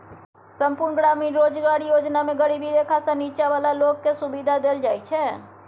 संपुर्ण ग्रामीण रोजगार योजना मे गरीबी रेखासँ नीच्चॉ बला लोक केँ सुबिधा देल जाइ छै